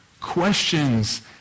questions